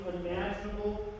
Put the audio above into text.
unimaginable